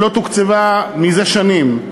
שלא תוקצבה זה שנים,